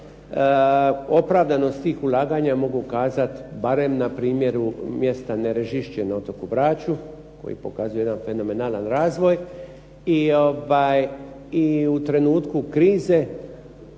Opravdanost tih ulaganja mogu kazati barem na primjeru mjesta Nerežišće na otoku Braču koji pokazuje jedan fenomenalan razvoj i u trenutku krize,